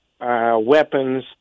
weapons